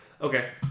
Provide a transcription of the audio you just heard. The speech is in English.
Okay